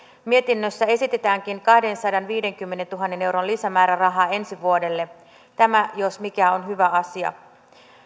mietinnössä esitetäänkin kahdensadanviidenkymmenentuhannen euron lisämäärärahaa ensi vuodelle tämä jos mikä on hyvä asia